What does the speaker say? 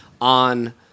on